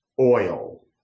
oil